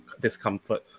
discomfort